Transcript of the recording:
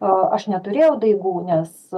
a aš neturėjau daigų nes